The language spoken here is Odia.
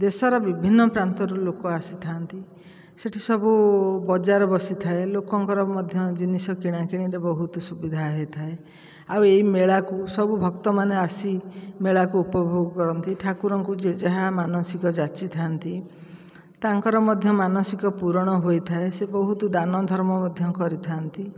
ଦେଶର ବିଭିନ୍ନ ପ୍ରାନ୍ତରରୁ ଲୋକ ଆସିଥାନ୍ତି ସେଇଠି ସବୁ ବଜାର ବସିଥାଏ ଲୋକଙ୍କର ମଧ୍ୟ ଜିନିଷ କିଣାକିଣିରେ ବହୁତ ସୁବିଧା ହୋଇଥାଏ ଆଉ ଏଇ ମେଳାକୁ ସବୁ ଭକ୍ତମାନେ ଆସି ମେଳାକୁ ଉପଭୋଗ କରନ୍ତି ଠାକୁରଙ୍କୁ ଯିଏ ଯାହା ମାନସିକ ଯାଚିଥାନ୍ତି ତାଙ୍କର ମଧ୍ୟ ମାନସିକ ପୁରଣ ହୋଇଥାଏ ସେ ବହୁତ ଦାନଧର୍ମ ମଧ୍ୟ କରିଥାନ୍ତି